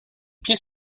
pieds